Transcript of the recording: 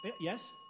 Yes